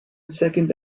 second